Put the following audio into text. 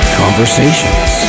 conversations